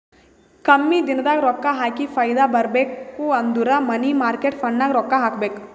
ಕಮ್ಮಿ ದಿನದಾಗ ರೊಕ್ಕಾ ಹಾಕಿ ಫೈದಾ ಬರ್ಬೇಕು ಅಂದುರ್ ಮನಿ ಮಾರ್ಕೇಟ್ ಫಂಡ್ನಾಗ್ ರೊಕ್ಕಾ ಹಾಕಬೇಕ್